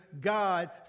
God